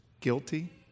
Guilty